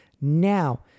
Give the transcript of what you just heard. now